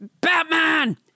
Batman